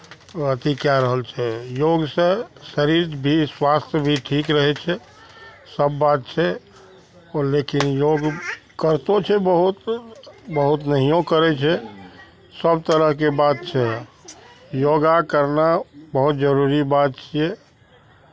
अथी कए रहल छै योगसँ शरीर भी स्वास्थ्य भी ठीक रहै छै सभ बात छै लेकिन योग करितो छै बहुत बहुत नहिओ करै छै सभ तरहके बात छै योगा करना बहुत जरूरी बात छियै